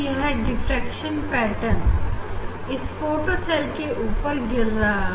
यह diffraction pattern इस photo cell के ऊपर गिर रहा है